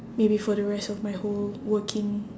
maybe for the rest of my whole working